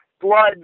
Blood